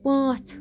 پانٛژھ